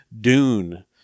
Dune